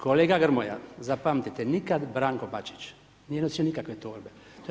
Kolega Grmoja, zapamtite, nikada Branko Bačić nije iznosio nikakve torbe.